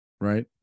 right